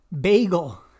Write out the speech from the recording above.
Bagel